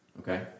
Okay